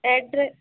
address